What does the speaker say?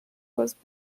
was